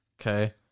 Okay